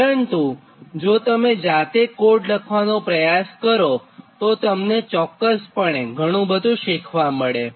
પરંતુજો તમે જાતે કોડ લખવાનો પ્રયાસ કરોતો તમને ચોક્ક્સપણે ઘણુંબધું શીખવા મળે